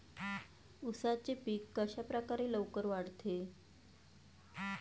उसाचे पीक कशाप्रकारे लवकर वाढते?